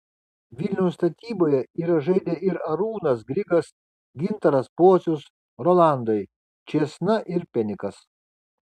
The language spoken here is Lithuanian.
vilniaus statyboje yra žaidę ir arūnas grigas gintaras pocius rolandai čėsna ir penikas